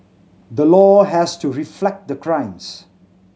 the law has to reflect the crimes